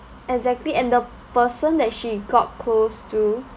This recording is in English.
exactly and the person that she got close to